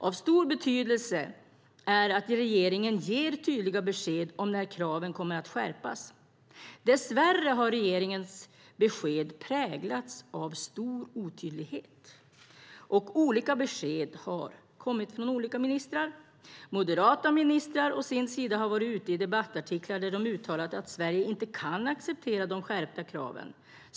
Av stor betydelse är att regeringen ger tydliga besked om när kraven kommer att skärpas. Dess värre har regeringens besked präglats av stor otydlighet, och olika besked har kommit från olika ministrar. Moderata ministrar har varit ute i debattartiklar där de har uttalat att Sverige inte kan acceptera de skärpta kraven.